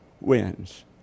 wins